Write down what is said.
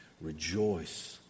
rejoice